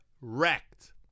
wrecked